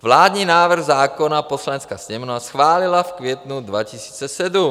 Vládní návrh zákona Poslanecká sněmovna schválila v květnu 2007.